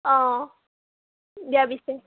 অঁ দিয়া পিছে